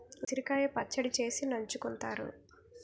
ఉసిరికాయ పచ్చడి చేసి నంచుకుంతారు